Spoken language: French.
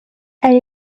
elle